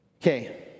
okay